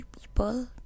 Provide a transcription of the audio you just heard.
people